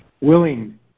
willing